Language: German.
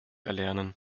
erlernen